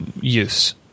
use